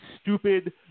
stupid